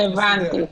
הבנתי.